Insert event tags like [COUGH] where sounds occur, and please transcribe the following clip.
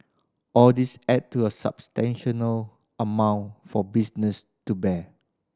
all these add to a [UNINTELLIGIBLE] amount for businesses to bear